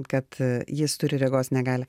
kad jis turi regos negalią